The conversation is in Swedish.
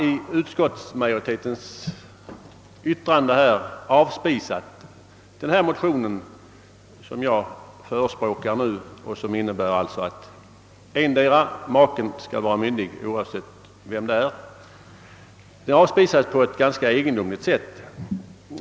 I utskottsmajoritetens förslag har man avspisat den motion som jag nu är förespråkare för och som alltså innebär att endera maken skall vara myndig, oavsett vem det är. Det avspisas på ett ganska egendomligt sätt.